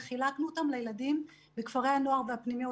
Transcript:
וחילקנו אותם לילדים בכפרי הנוער ובפנימיות.